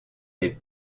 les